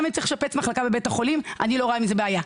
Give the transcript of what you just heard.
גם אם צריך לשפץ מחלקה בבית חולים אני לא רואה בזה בעיה.